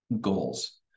goals